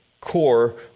core